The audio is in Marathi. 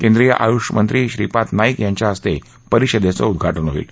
केंद्रीय आयुष मंत्री श्रीपाद नाईक यांच्या हस्ते परिषदेचं उद्घाटन होईल